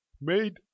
made